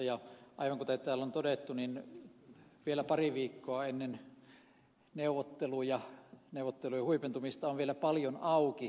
aivan kuten täällä on todettu vielä pari viikkoa ennen neuvottelujen huipentumista on vielä paljon auki paljon neuvoteltavaa